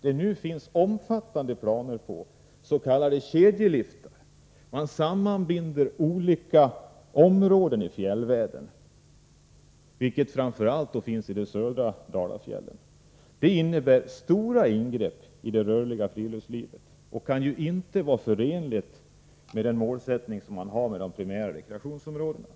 det nu finns omfattande planer på s.k. kedjeliftar. Genom dem sammanbinder man olika områden i fjällvärlden, vilket framför allt kommer att bli aktuellt i södra Dalafjällen. Det innebär stora ingrepp i det rörliga friluftslivet och kan inte vara förenligt med den målsättning som finns för de primära rekreationsområdena.